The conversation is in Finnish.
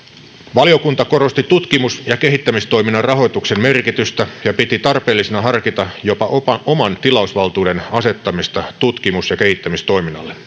valiokunta korosti tutkimus ja kehittämistoiminnan rahoituksen merkitystä ja piti tarpeellisena harkita jopa jopa oman tilausvaltuuden asettamista tutkimus ja kehittämistoiminnalle